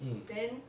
mm